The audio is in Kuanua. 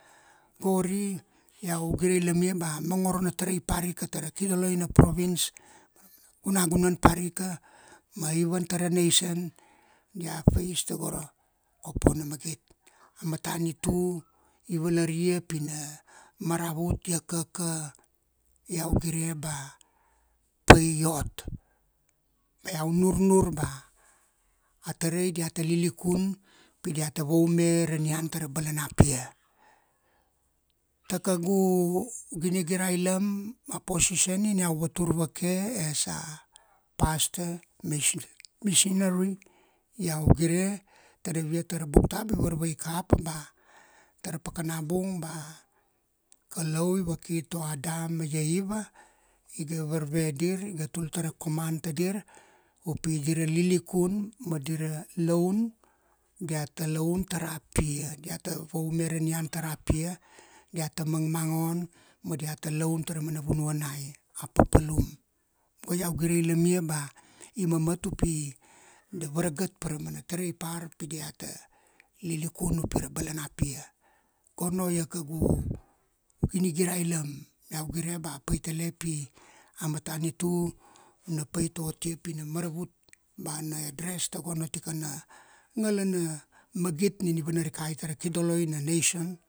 Gori, iau gireilam ia ba mongoro na tarai parika tara kidoloina province, mara mana gunagunan parika, ma even tara nation, dia face tago ra kopo na magit. A matanitu i valaria pina maravut ia kaka, iau gire ba, pai ot. Ma iau nurnur ba a tarai diata lilikun, pi diata vaume ra nian tara balana pia. Takagu ginigirailam ma position nina iau vatur vake as a pastor, missionary, iau gire tadavia tara buk tabu i varavikapa ba tara pakana bung, ba Kalau i vaki ToAdam ma IaEva, iga varve dir, iga tul tar ra command tadir, upi dira lilikun ma dira laun, diata laun tara pia. Diata vaume ra nian tara pia, diata mangmangon, ma diata laun tara mana vunuanai. A papalum. Go iau gireilam ia ba i mamat upi, da varagat pa ra mana tarai par, pi diata, lilikun upi ra balana pia. Gono ia kaugu, ginigirailam. Iau gire ba paitele pi, a matanitu na pait ot ia pina maravut, ba na address tagono tikana ngalana, magit nina i vanarikai tara kidoloina nation.